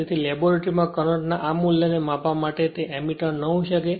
તેથી લેબોરેટરીમાં કરંટ ના આ મૂલ્યને માપવા માટે તે એમીટર ન હોઈ શકે